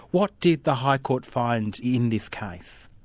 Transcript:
what did the high court find in this case?